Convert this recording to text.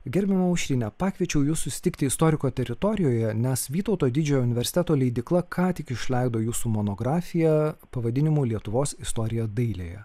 gerbiama aušrine pakviečiau jus susitikti istoriko teritorijoje nes vytauto didžiojo universiteto leidykla ką tik išleido jūsų monografiją pavadinimu lietuvos istorija dailėje